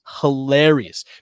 hilarious